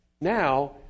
Now